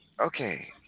Okay